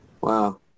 Wow